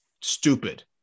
stupid